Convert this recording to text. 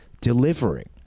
delivering